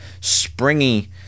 springy